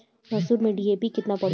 मसूर में डी.ए.पी केतना पड़ी?